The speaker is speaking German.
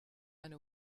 eine